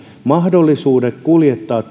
mahdollisuudet kuljettaa